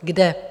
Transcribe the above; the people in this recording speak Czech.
Kde?